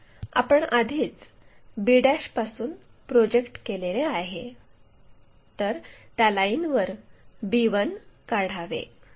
तर आपण आधीच b पासून प्रोजेक्ट केलेले आहे तर त्या लाईनवर b1 काढावे